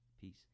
Peace